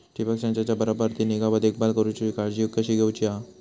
ठिबक संचाचा बराबर ती निगा व देखभाल व काळजी कशी घेऊची हा?